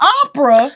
opera